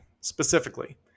Specifically